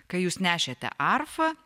kai jūs nešėte arfą